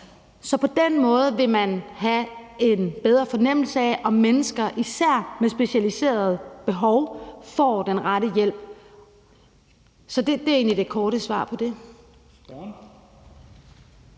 Så på den måde vil man have en bedre fornemmelse af, om mennesker – især med specialiserede behov – får den rette hjælp. Så det er egentlig det korte svar på det.